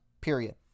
period